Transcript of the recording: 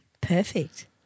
Perfect